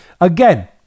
again